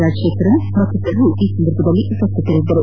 ರಾಜಶೇಖರನ್ ಮತ್ತಿತರರು ಈ ಸಂದರ್ಭದಲ್ಲಿ ಉಪಸ್ಥಿತರಿದ್ದರು